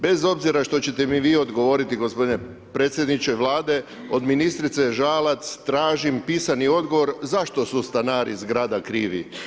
Bez obzira što ćete mi vi odgovoriti gospodine predsjedniče Vlade od ministrice Žalac tražim pisani odgovor zašto su stanari zgrada krivi.